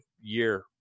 year